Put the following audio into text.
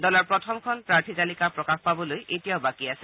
দলৰ প্ৰথমখন প্ৰাৰ্থী তালিকা প্ৰকাশ পাবলৈ এতিয়াও বাকী আছে